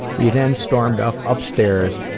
he then stormed off, upstairs,